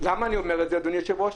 למה אני אומר את זה, אדוני היושב-ראש?